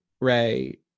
Ray